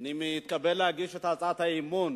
אני מתכבד להגיש את הצעת האי-אמון